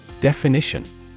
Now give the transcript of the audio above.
definition